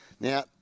Now